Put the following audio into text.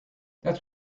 that’s